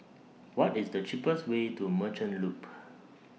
What IS The cheapest Way to Merchant Loop